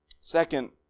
Second